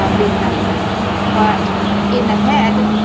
um these kind of things. but in the head,